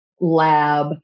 lab